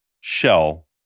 shell